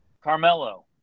Carmelo